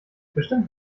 bestimmt